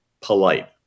polite